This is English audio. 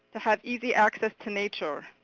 to have easy access to nature,